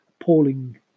appalling